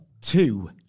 two